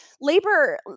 labor